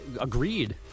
Agreed